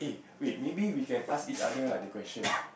wait maybe we can ask each other ah the question